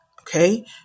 okay